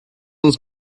uns